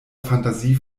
fantasie